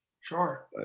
Sure